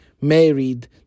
married